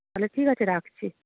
ঠিক আছে রাখছি